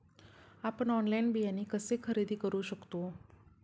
आपण ऑनलाइन बियाणे कसे खरेदी करू शकतो?